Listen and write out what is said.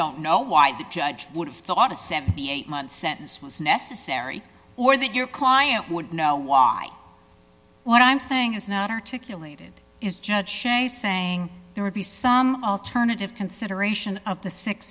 don't know why the judge would have thought a seventy eight month sentence was necessary or that your client would know why what i'm saying is not articulated is judge saying there would be some alternative consideration of the six